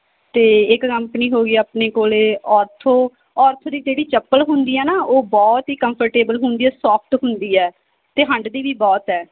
ਅਤੇ ਇੱਕ ਕੰਪਨੀ ਹੋ ਗਈ ਆਪਣੇ ਕੋਲੇ ਔਰਥੋ ਔਰਥੋ ਦੀ ਜਿਹੜੀ ਚੱਪਲ ਹੁੰਦੀ ਹੈ ਨਾ ਉਹ ਬਹੁਤ ਹੀ ਕੰਫਰਟੇਬਲ ਹੁੰਦੀ ਆ ਸੋਫਟ ਹੁੰਦੀ ਹੈ ਅਤੇ ਹੰਢਦੀ ਵੀ ਬਹੁਤ ਹੈ